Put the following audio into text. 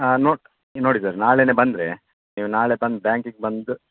ಹಾಂ ನೋಡಿ ಸರ್ ನಾಳೆನೆ ಬಂದರೆ ನೀವು ನಾಳೆ ತಂದು ಬ್ಯಾಂಕಿಗೆ ಬಂದು